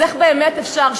אז איך באמת אפשר,